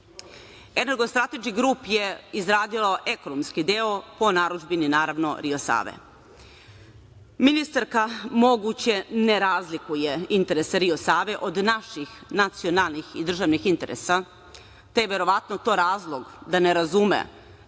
„Ergo Strategy Group“ je izradila ekonomski deo, po narudžbini, naravno, „Rio Save“.Ministarka moguće ne razlikuje interese „Rio Save“ od naših nacionalnih i državnih interesa, te je verovatno to razlog da ne razume